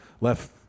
left